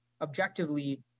objectively